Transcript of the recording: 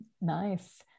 Nice